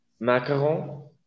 macaron